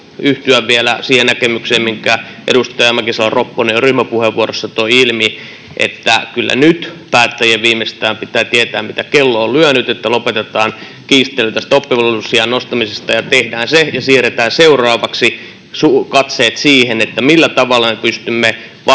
yhtyä vielä siihen näkemykseen, minkä edustaja Mäkisalo-Ropponen jo ryhmäpuheenvuorossa toi ilmi, että kyllä päättäjien viimeistään nyt pitää tietää, mitä kello on lyönyt, eli lopetetaan kiistely tästä oppivelvollisuusiän nostamisesta ja tehdään se ja siirretään seuraavaksi katseet siihen, millä tavalla me pystymme vastaamaan